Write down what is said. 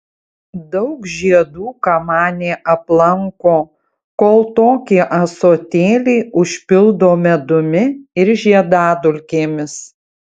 daug žiedų kamanė aplanko kol tokį ąsotėlį užpildo medumi ir žiedadulkėmis